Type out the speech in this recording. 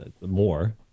more